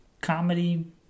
comedy